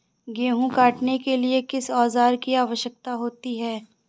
गेहूँ काटने के लिए किस औजार की आवश्यकता होती है?